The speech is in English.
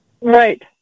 Right